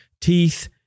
teeth